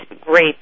great